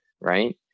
right